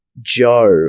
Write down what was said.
Joe